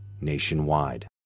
nationwide